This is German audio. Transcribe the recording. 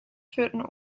führten